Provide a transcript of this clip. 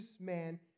man